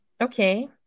okay